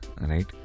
right